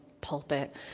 pulpit